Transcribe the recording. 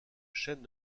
chaîne